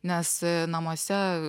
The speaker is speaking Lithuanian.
nes namuose